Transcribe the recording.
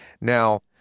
Now